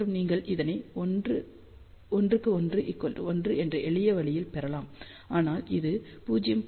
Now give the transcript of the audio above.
மற்றும் நீங்கள் இதனை 1 1 1 என்ற எளிய வழியில் பெறலாம் ஆனால் இது 0